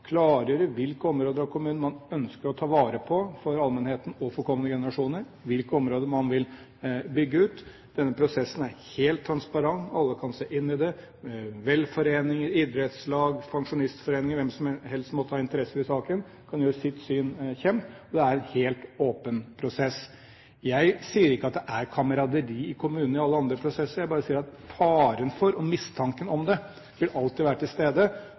klargjøre hvilke områder av kommunen man ønsker å ta vare på for allmennheten og for kommende generasjoner, og hvilke områder man vil bygge ut. Denne prosessen er helt transparent, alle kan se inn i det. Velforeninger, idrettslag, pensjonistforeninger og hvem som helst som måtte ha interesser i saken, kan gjøre sitt syn kjent, og det er en helt åpen prosess. Jeg sier ikke at det er kameraderi i kommunene i alle andre prosesser. Jeg bare sier at faren for det, og mistanken om det, vil alltid være til stede